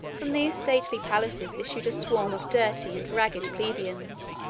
from these stately palaces issued a swarm of dirty and ragged plebeians,